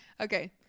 Okay